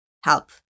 help